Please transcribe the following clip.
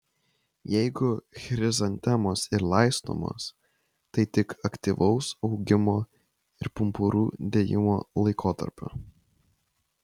jeigu chrizantemos ir laistomos tai tik aktyvaus augimo ir pumpurų dėjimo laikotarpiu